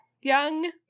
young